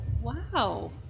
Wow